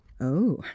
Oh